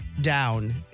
down